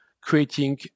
creating